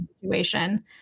situation